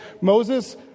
Moses